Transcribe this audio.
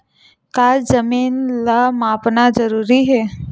का जमीन ला मापना जरूरी हे?